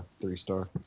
three-star